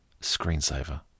screensaver